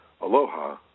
Aloha